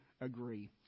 agree